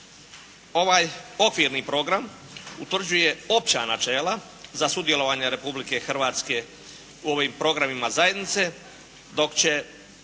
Ovaj okvirni program utvrđuje opća načela za sudjelovanje Republike Hrvatske u ovim programima zajednice, dok će